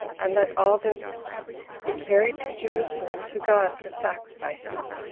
and let all this be carried to jerusalem to god for sacrifices.